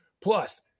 Plus